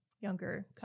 younger